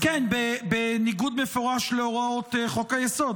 כן, בניגוד מפורש להוראות חוק-היסוד.